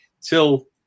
till